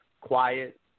quiet